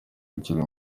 ukiri